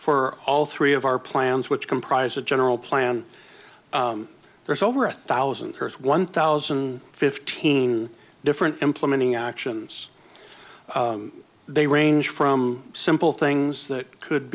for all three of our plans which comprise a general plan there's over a thousand one thousand fifteen different implementing actions they range from simple things that could